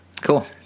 Cool